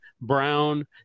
Brown